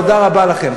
תודה רבה לכם.